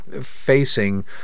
facing